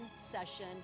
session